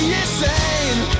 insane